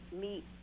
meet